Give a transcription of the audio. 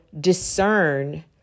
discern